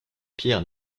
pierre